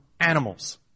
Animals